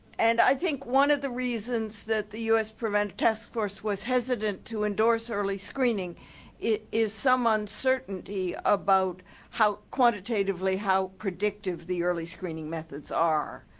and i think one of the reasons that the u s. preventative task force was hesitant to endorse early screening is some uncertainty about how quantitatively how predictive the early screening methods are.